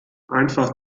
einfach